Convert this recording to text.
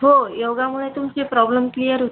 हो योगामुळे तुमचे प्रॉब्लेम क्लिअर होतील